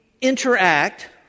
interact